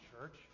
church